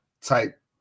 type